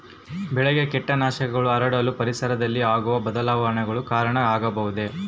ಬೆಳೆಗೆ ಕೇಟನಾಶಕಗಳು ಹರಡಲು ಪರಿಸರದಲ್ಲಿ ಆಗುವ ಬದಲಾವಣೆಗಳು ಕಾರಣ ಆಗಬಹುದೇ?